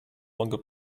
longer